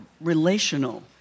relational